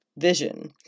vision